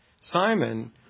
Simon